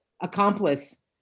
accomplice